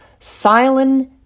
Silen